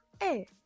hey